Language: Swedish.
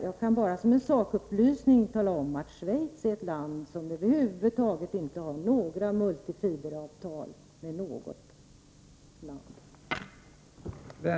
Jag kan bara som en sakupplysning tala om att Schweiz är ett land som över huvud taget inte har några multifiberavtal med något land.